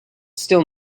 still